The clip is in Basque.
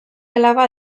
alaba